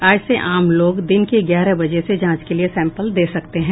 आज से आम लोग दिन के ग्यारह बजे से जांच के लिए सैम्पल दे सकते हैं